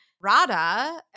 Rada